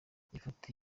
ifoto